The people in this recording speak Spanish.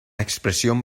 expresión